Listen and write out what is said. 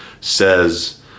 says